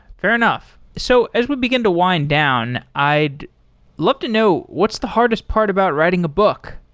fair enough. so as we begin to wind down, i'd love to know what's the hardest part about writing a book?